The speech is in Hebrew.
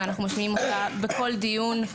ואנחנו משמיעים אותה בכל דיון,